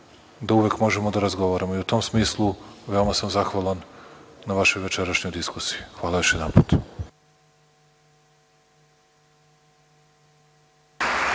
da uvek možemo da razgovaramo. U tom smislu, veoma sam zahvalan na vašoj večerašnjoj diskusiji. Hvala još jedanput.